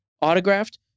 autographed